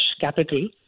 capital